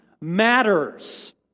matters